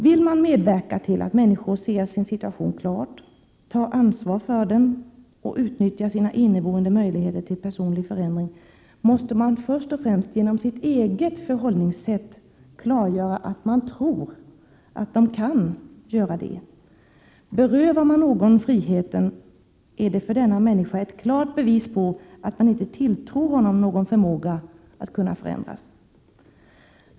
Vill man medverka till att människor ser sin situation klart, tar ansvar för den och utnyttjar sina inneboende möjligheter till personlig förändring, måste man först och främst genom sitt eget förhållningssätt klargöra att man tror att de kan göra det. Berövar man någon friheten, är det för denna människa ett klart bevis på att man inte tilltror honom någon förmåga att förändras.